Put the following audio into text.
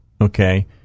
Okay